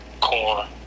Corn